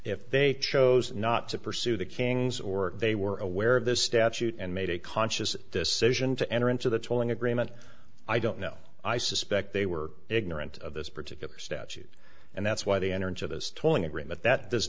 if they chose not to pursue the kings or they were aware of the statute and made a conscious decision to enter into the tolling agreement i don't know i suspect they were ignorant of this particular statute and that's why they enter into this twenty agreement that does